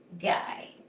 guy